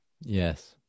Yes